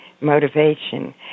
motivation